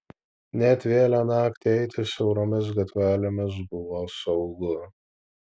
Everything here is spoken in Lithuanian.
net vėlią naktį eiti siauromis gatvelėmis buvo saugu